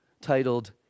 titled